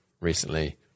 recently